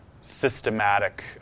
systematic